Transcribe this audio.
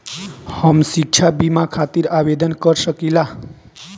हम शिक्षा बीमा खातिर आवेदन कर सकिला?